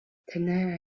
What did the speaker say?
танай